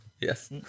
Yes